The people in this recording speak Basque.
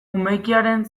umekiaren